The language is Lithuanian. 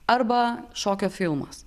arba šokio filmas